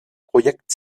projekt